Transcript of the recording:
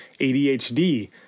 ADHD